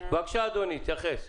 בבקשה אדוני, תתייחס.